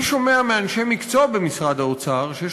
אני שומע מאנשי מקצוע במשרד האוצר שיש